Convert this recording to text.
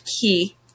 key